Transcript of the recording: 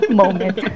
moment